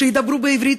שידברו בעברית,